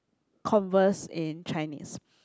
conversed in Chinese